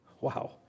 Wow